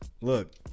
Look